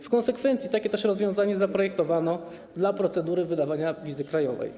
W konsekwencji takie też rozwiązanie zaprojektowano dla procedury wydawania wizy krajowej.